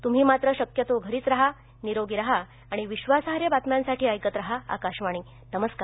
तुम्ही मात्र शक्यतो घरीच राहा निरोगी राहा आणि विश्वासार्ह बातम्यांसाठी ऐकत राहा आकाशवाणी नमस्कार